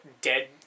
dead